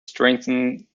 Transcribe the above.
strengthening